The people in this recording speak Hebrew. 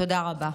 תודה רבה.